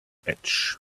edge